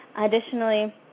Additionally